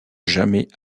jamais